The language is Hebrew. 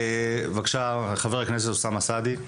בבקשה חבר הכנסת אוסאמה סעדי.